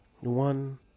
one